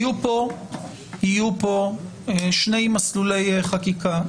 יהיו פה שני מסלולי חקיקה.